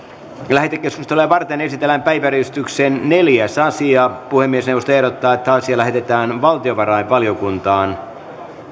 lähetekeskustelua varten esitellään päiväjärjestyksen neljäs asia puhemiesneuvosto ehdottaa että asia lähetetään valtiovarainvaliokuntaan